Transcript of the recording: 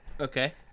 Okay